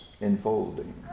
enfolding